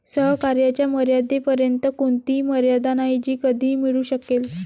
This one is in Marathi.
सहकार्याच्या मर्यादेपर्यंत कोणतीही मर्यादा नाही जी कधीही मिळू शकेल